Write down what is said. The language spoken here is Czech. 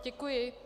Děkuji.